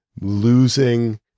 losing